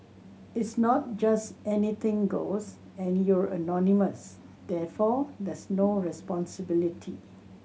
it's not just anything goes and you're anonymous therefore there's no responsibility